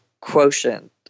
quotient